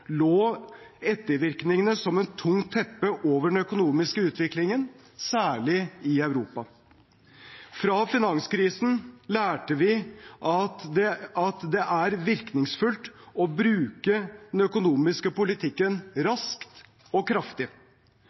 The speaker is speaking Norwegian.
lå ettervirkningene som et tungt teppe over den økonomiske utviklingen, særlig i Europa. Fra finanskrisen lærte vi at det er virkningsfullt å bruke den økonomiske politikken raskt og kraftig,